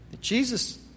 Jesus